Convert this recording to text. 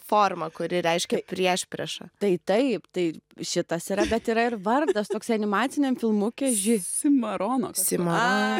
forma kuri reiškia priešpriešą tai taip tai šitas yra bet yra ir vardas toksai animaciniam filmuke ži simarono simaro